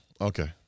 Okay